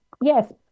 Yes